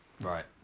Right